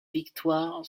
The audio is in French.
victoire